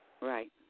Right